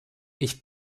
ich